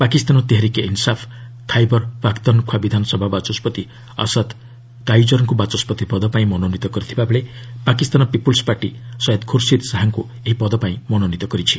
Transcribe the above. ପାକିସ୍ତାନ ତେହେରିକେ ଇନ୍ସାଫ୍ ଖାଇବର୍ ପାଖ୍ତନ୍ଖ୍ୱା ବିଧାନସଭା ବାଚସ୍କତି ଆସାଦ୍ କାଇଜର୍ଙ୍କୁ ବାଚସ୍କତି ପଦପାଇଁ ମନୋନୀତ କରିଥିବାବେଳେ ପାକିସ୍ତାନ ପିପୁଲ୍ସ୍ ପାର୍ଟି ସୟେଦ୍ ଖୁର୍ସିଦ୍ ଶାହାଙ୍କୁ ଏହି ପଦପାଇଁ ମନୋନୀତ କରିଛି